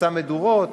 עושה מדורות,